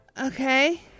Okay